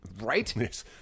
Right